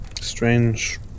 Strange